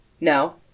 no